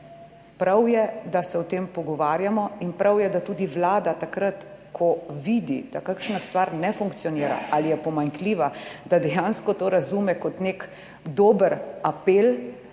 Prav je, da se o tem pogovarjamo in prav je, da tudi Vlada takrat, ko vidi, da kakšna stvar ne funkcionira ali je pomanjkljiva, da dejansko to razume kot nek dober apel,